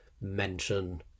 mention